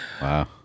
wow